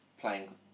playing